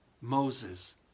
Moses